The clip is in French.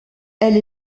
elle